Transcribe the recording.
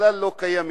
שבכלל לא קיימים.